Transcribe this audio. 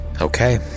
Okay